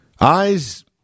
Eyes